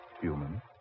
human